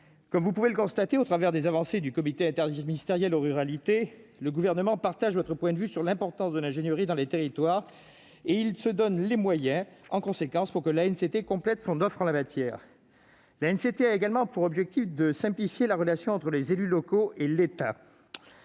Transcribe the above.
Comme vous le constatez au travers des avancées du comité interministériel aux ruralités, le Gouvernement partage votre point de vue sur l'importance de l'ingénierie dans les territoires. Il fait donc en sorte que l'ANCT complète son offre en la matière. L'ANCT a également pour objectif de simplifier la relation entre les élus locaux et l'État.